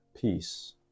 peace